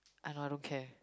I know I don't care